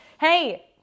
hey